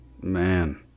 Man